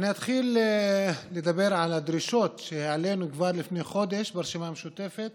אני אתחיל לדבר על הדרישות שהעלינו כבר לפני חודש ברשימה המשותפת